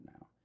now